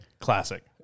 classic